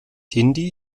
hindi